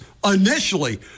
initially